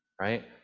Right